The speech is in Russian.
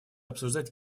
обсуждать